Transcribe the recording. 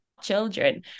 children